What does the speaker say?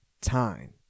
time